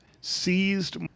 seized